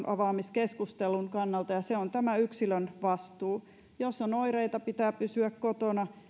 avaamiskeskusteluun ja se on tämä yksilön vastuu jos on oireita pitää pysyä kotona